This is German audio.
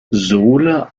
sohle